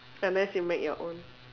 sometimes you make your own